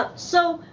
ah so,